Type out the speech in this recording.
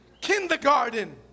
kindergarten